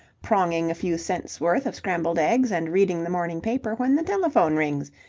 pronging a few cents' worth of scrambled eggs and reading the morning paper, when the telephone rings.